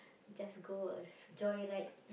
just go a joyride